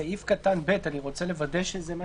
בסעיף קטן (ב) אני רוצה לוודא שזה מה